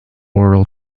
oral